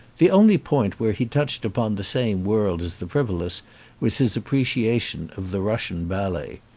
the only point where he touched upon the same world as the frivolous was his appreciation of the russian ballet.